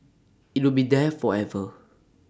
IT will be there forever